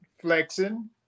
flexing